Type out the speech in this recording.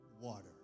water